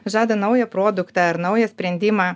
žada naują produktą ar naują sprendimą